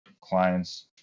clients